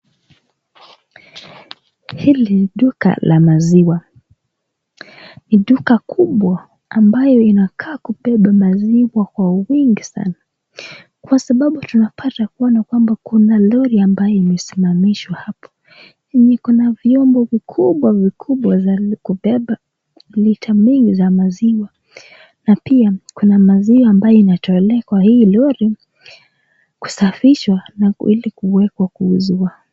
Hili duka la maziwa. Ni duka kubwa ambayo inakaa kubeba maziwa kwa wingi sanaa. Kwa sababu tunapata kuona kwamba, kuna lori ambayo imesimamishwa hapo yenye iko na viombo vikubwa vikubwaza kubeba lita mingi za maziwa. Na pia kuna maziwa ambayo inatolewa kwa hii lori, kusafishwa ili kuwekwa kuuzwa.